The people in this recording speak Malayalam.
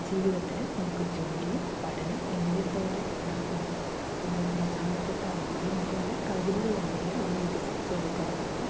ജീവിതത്തിൽ നമുക്ക് ജോലി പഠനം എന്നിവയെ പോലെ ഉള്ളൊരു പ്രധാനപ്പെട്ട ഒന്നാണ് നമുക്ക് വല്ല കഴിവുകള് ഉണ്ടെങ്കില് അതിനെ വികസിപ്പിച്ചെടുക്കുകാന്നുള്ളത്